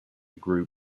group